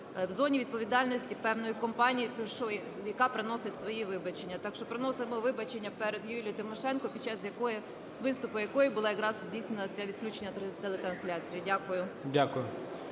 в зоні відповідальності певною компанією, яка приносить свої вибачення. Так що приносимо вибачення перед Юлією Тимошенко, під час виступу якої було якраз здійснене це відключення телетрансляції. Дякую.